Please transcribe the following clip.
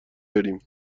داریم